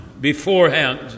beforehand